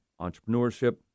entrepreneurship